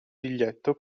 biglietto